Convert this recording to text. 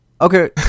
Okay